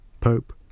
Pope